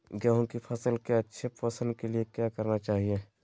गेंहू की फसल के अच्छे पोषण के लिए क्या करना चाहिए?